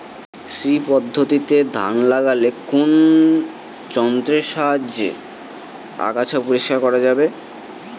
শ্রী পদ্ধতিতে ধান লাগালে কোন যন্ত্রের সাহায্যে আগাছা পরিষ্কার করা যাবে?